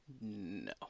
No